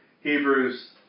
Hebrews